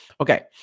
Okay